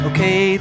Okay